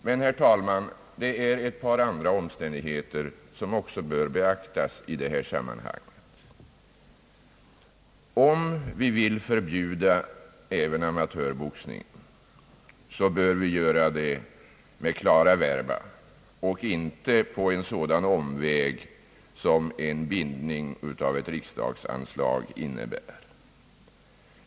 Men det är ett par andra omständigheter som också bör beaktas i detta sammanhang, herr talman. Om vi vill förbjuda även amatörboxningen bör vi göra det med klara verba och inte på en sådan omväg som en bindning av ett riksdagsanslag innebär.